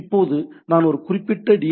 இப்போது நான் ஒரு குறிப்பிட்ட டி